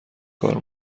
کار